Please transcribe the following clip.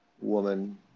woman